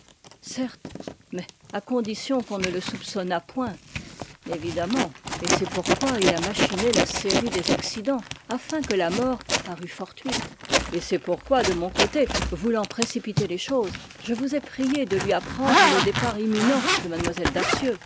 certes mais à condition qu'on ne le soupçonnât point évidemment et c'est pourquoi il a machiné la série des accidents afin que la mort parût fortuite et c'est pourquoi de mon côté voulant précipiter les choses je vous ai prié de lui apprendre le départ imminent de mlle darcieux